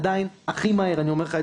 -- עדיין הכי מהר אני אומר לך את